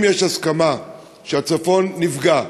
אם יש הסכמה שהצפון נפגע,